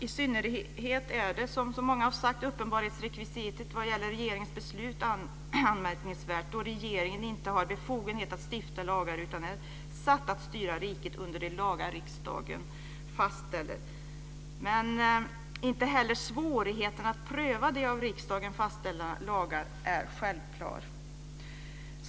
I synnerhet är, som så många har sagt, uppenbarhetsrekvisitet vad gäller regeringens beslut anmärkningsvärt, då regeringen inte har befogenhet att stifta lagar utan är satt att styra riket under de lagar riksdagen fastställer. Men inte heller svårigheten att pröva de av riksdagen fastställda lagarna är självklar.